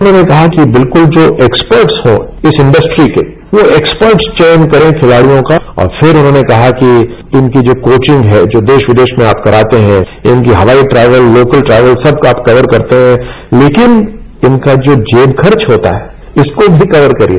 उन्होंने कहा कि बिल्कुल जो एक्सपर्टस हों इस इंड्रस्ट्री के वो एक्सपर्टस चयन करें खिलाडियों का और फिर उन्होंने कहा कि इनकी जो कोचिंग है जो देश विदेश में आप कराते हैं इनके हवाई ट्रेवल लोकल ट्रेवल सब आप कवर करते हैं लेकिन इनका जो जेब खर्च होता है इसको भी कवर करिए